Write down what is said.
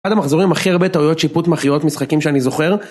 אחד המחזורים עם הכי הרבה טעויות שיפוט מכריעות משחקים שאני זוכר